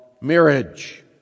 marriage